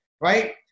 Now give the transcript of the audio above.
right